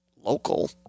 local